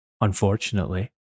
unfortunately